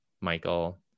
Michael